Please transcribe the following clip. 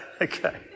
Okay